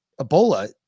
Ebola